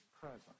present